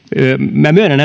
minä myönnän